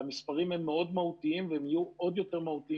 ומספרים הם מאוד מהותיים והם יהיו עוד יותר מהותיים